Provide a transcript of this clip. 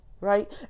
right